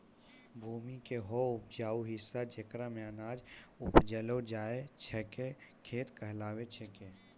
भूमि के हौ उपजाऊ हिस्सा जेकरा मॅ अनाज उपजैलो जाय छै खेत कहलावै छै